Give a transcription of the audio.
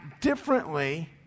differently